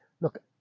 Look